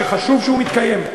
שחשוב שהוא מתקיים.